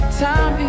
time